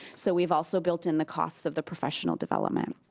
so we've also built in the costs of the professional development.